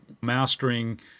mastering